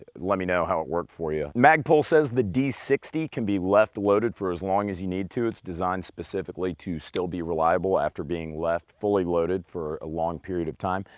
let me know how it worked for you. magpul says the d sixty can be left loaded for as long as you need to, it's designed specifically to still be reliable after being left fully loaded for a long period of time.